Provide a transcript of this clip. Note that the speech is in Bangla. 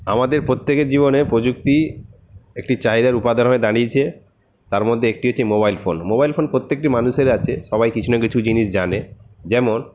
আমাদের প্রত্যেকের জীবনে প্রযুক্তি একটি চাহিদার উপাদান হয়ে দাঁড়িয়েছে তার মধ্যে একটি হচ্ছে মোবাইল ফোন মোবাইল ফোন প্রত্যেকটি মানুষের আছে সবাই কিছু না কিছু জিনিস জানে যেমন